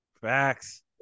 Facts